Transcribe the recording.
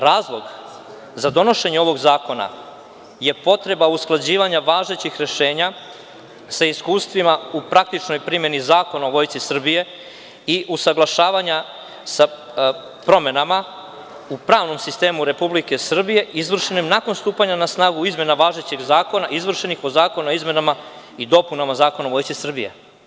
Razlog za donošenje ovog zakona je potreba usklađivanja važećih rešenja sa iskustvima u praktičnoj primeni Zakona o Vojsci Srbije i usaglašavanja sa promenama u pravnom sistemu Republike Srbije izvršene nakon stupanja na snagu izmena važećeg zakona izvršenih po zakonu o izmenama i dopunama Zakona o Vojsci Srbije.